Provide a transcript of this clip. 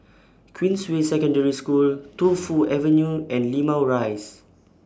Queensway Secondary School Tu Fu Avenue and Limau Rise